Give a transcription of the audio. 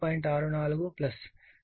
64 j 7